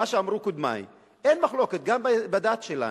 מה שאמרו קודמי, אין מחלוקת, גם בדת שלנו.